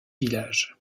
village